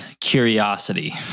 curiosity